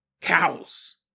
cows